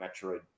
Metroid